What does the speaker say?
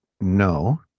no